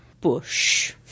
Bush